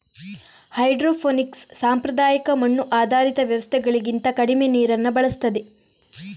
hydroponics ಸಾಂಪ್ರದಾಯಿಕ ಮಣ್ಣು ಆಧಾರಿತ ವ್ಯವಸ್ಥೆಗಳಿಗಿಂತ ಕಡಿಮೆ ನೀರನ್ನ ಬಳಸ್ತದೆ